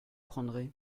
prendrez